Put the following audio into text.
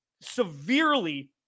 severely